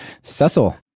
Cecil